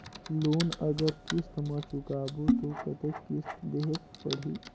Loan अगर किस्त म चुकाबो तो कतेक किस्त देहेक पढ़ही?